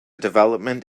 development